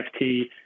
NFT